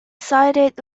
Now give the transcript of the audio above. cited